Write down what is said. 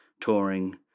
touring